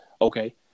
Okay